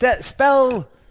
Spell